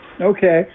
Okay